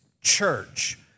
church